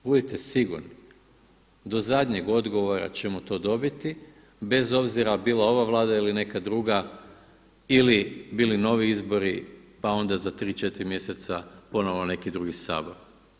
Budite sigurni do zadnjeg odgovora ćemo to dobiti, bez obzira bila ova Vlada ili neka druga ili bili novi izbori pa onda za 3,4 mjeseca ponovo neki drugi Sabor.